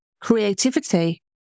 creativity